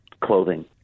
clothing